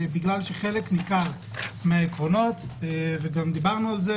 בגלל שחלק ניכר מהעקרונות - וגם דיברנו על זה